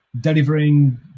delivering